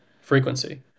frequency